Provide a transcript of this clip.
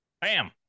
Bam